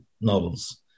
novels